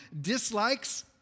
dislikes